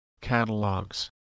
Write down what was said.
catalogs